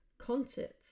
Concerts